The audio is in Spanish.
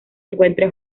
encuentra